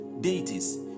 deities